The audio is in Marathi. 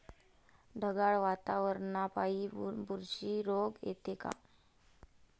ढगाळ वातावरनापाई बुरशी रोग येते का?